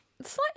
slightly